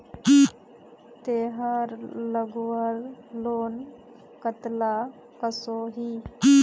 तेहार लगवार लोन कतला कसोही?